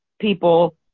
people